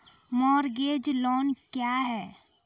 Mortgage loan क्या है?